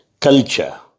culture